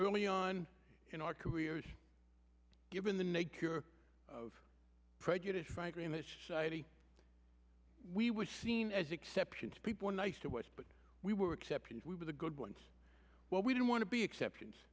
early on in our careers given the nature of prejudice frankly image we were seen as exceptions people are nice to watch but we were accepted if we were the good ones well we didn't want to be exceptions